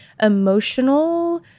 emotional